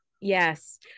Yes